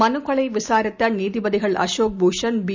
மனுக்களைவிசாரித்தநீதிபதிகள்அசோக்பூஷன் B